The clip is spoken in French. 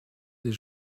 des